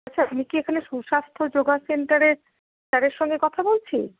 আচ্ছা আমি কি এখানে সুস্বাস্থ্য যোগা সেন্টারের স্যারের সঙ্গে কথা বলছি